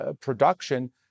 production